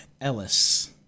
Ellis